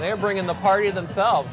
they're bringing the party of themselves